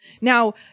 Now